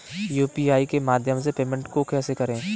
UPI के माध्यम से पेमेंट को कैसे करें?